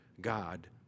God